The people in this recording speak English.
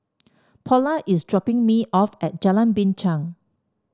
Paula is dropping me off at Jalan Binchang